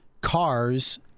cars